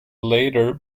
later